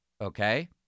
okay